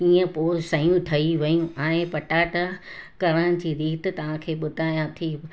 इयं पोइ सयूं ठई वेयूं हाणे पटाटा करण जी रीत तव्हांखे ॿुधायां थी